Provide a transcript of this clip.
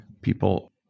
People